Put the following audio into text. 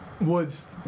Woods